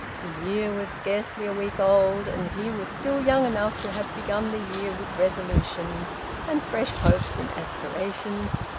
the year was scarcely a week old, and he was still young enough to have begun the year with resolutions and fresh hopes and aspirations,